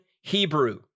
Hebrew